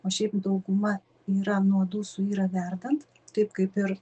o šiaip dauguma yra nuodų suyra verdant taip kaip ir